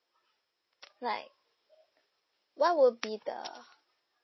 like what will be the